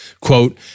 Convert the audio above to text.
quote